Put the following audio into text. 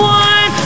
one